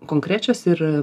konkrečios ir